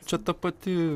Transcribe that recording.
čia ta pati